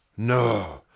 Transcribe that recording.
no.